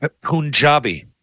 Punjabi